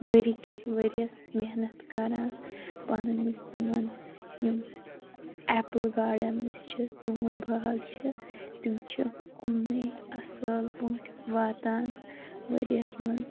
ؤرۍیکِس ؤرۍیَس محنت کَران پَنُن یُس یہِ یِمن یِم ایپُل گارڈنٕز چھِ ژوٗنٛٹھۍ باغ چھِ تِم چھِ یِمنٕے اَصٕل پٲٹھۍ واتان ؤرِۍیَس منٛز